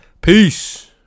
peace